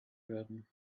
werden